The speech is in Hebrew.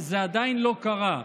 זה עדיין לא קרה".